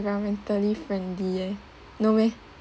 well mentally friendly eh no meh